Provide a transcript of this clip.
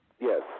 yes